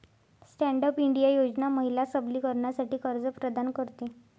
stand up India योजना महिला सबलीकरणासाठी कर्ज प्रदान करते